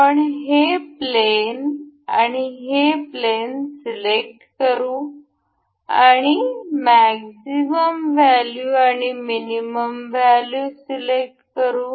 आपण हे प्लेन आणि हे प्लेन सिलेक्ट करू आणि मॅक्झिमम व्हॅल्यू आणि मिनिमम व्हॅल्यू सिलेक्ट करू